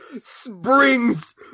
springs